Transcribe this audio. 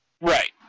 Right